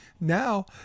now